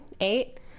Eight